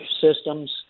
systems